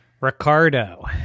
Ricardo